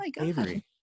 Avery